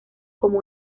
como